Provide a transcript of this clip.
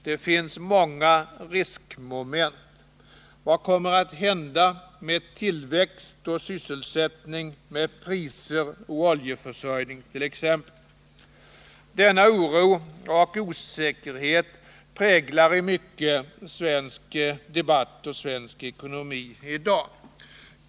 Det finns många riskmoment. Vad kommer att hända med tillväxt och sysselsättning, med priser och oljeförsörjning t. ex? Denna oro och osäkerhet präglar i mycket svensk debatt och svensk ekonomi i dag.